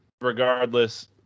regardless